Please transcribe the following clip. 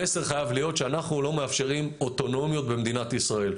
המסר חייב להיות שאנחנו לא מאפשרים אוטונומיות במדינת ישראל.